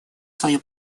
свою